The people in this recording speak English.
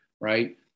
right